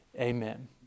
amen